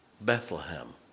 Bethlehem